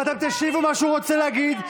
ואתם תקשיבו למה שהוא רוצה להגיד,